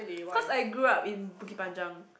cause I grew up in Bukit-Panjang